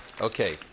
Okay